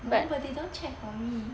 no but they don't check for me